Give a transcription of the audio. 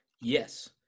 yes